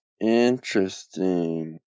Interesting